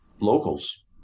locals